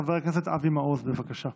חבר הכנסת אבי מעוז, בבקשה.